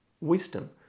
wisdom